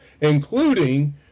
including